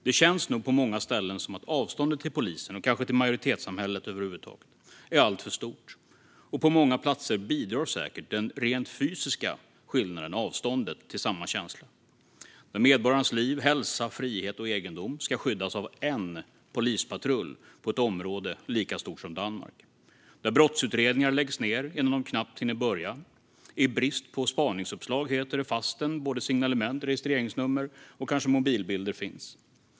Det känns nog på många ställen som att avståndet till polisen, och kanske till majoritetssamhället över huvud taget, är alltför stort, och på många platser bidrar säkert det rent fysiska avståndet till samma känsla - där medborgarnas liv, hälsa, frihet och egendom ska skyddas av en ensam polispatrull i ett område lika stort som Danmark och där brottsutredningar läggs ned innan de knappt har börjat. Det heter att det är i brist på spaningsuppslag, fastän signalement, registreringsnummer och kanske mobilbilder finns.